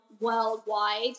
worldwide